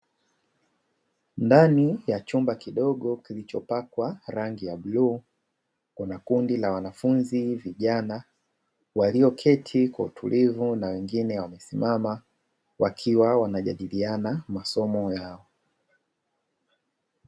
Ndani ya chumba kidogo kilichopakwa rangi ya bluu kuna kundi la wanafunzi vijana walioketi kwa utulivu na wengine wamesimama wakiwa wanajadiliana masomo yao.